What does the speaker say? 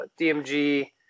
DMG